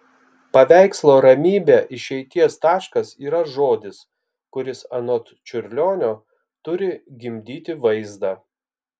paveikslo ramybė išeities taškas yra žodis kuris anot čiurlionio turi gimdyti vaizdą